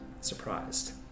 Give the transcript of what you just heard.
surprised